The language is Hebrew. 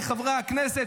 חבריי חברי הכנסת,